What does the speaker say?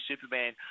Superman